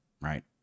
right